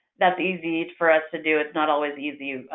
that's easy for us to do. it's not always easy,